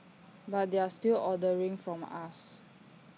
but they're still ordering from us